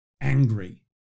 angry